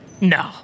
No